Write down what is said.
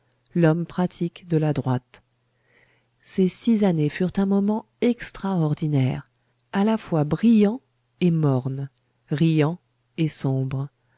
l'homme pratique de la droite ces six années furent un moment extraordinaire à la fois brillant et morne riant et sombre